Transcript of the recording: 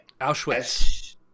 Auschwitz